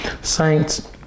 Saints